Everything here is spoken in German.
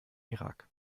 irak